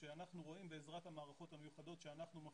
שאנחנו רואים בעזרת המערכות המיוחדות